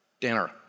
dinner